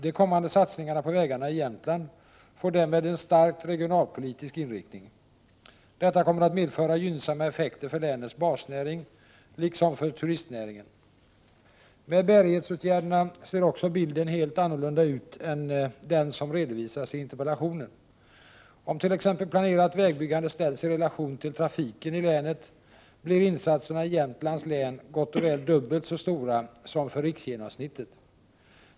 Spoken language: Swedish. De kommande satsningarna på vägarna i Jämtland får därmed en starkt regionalpolitisk inriktning. Detta kommer att medföra gynnsamma effekter för länets basnäring liksom för turistnäringen. Med bärighetsåtgärderna ser också bilden helt annorlunda ut än den som redovisas i interpellationen. Om t.ex. planerat vägbyggande ställs i relation till trafiken i länet blir insatserna i Jämtlands län gott och väl dubbelt så stora som för riksgenomsnittet.